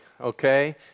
okay